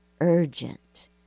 urgent